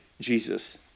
Jesus